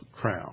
crown